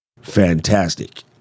fantastic